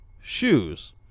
shoes